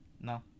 No